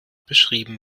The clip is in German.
beschrieben